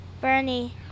Bernie